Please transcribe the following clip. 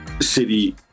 City